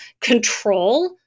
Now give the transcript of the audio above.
control